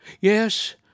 Yes